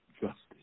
justice